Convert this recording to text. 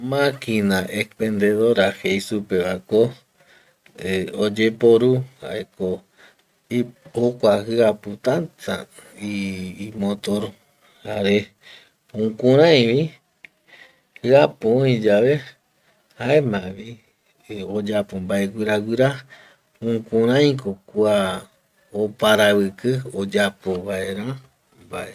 Maquina expendedora jei supe vako eh oyeporu jaeko jokua jiapu täta imotor jare jukuraivi jiapu oi yave jaemavi oyapo mbae guiraguira jukuraiko kua oparaviki oyapo vaera mbae